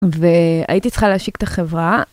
והייתי צריכה להשיק את החברה.